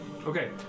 Okay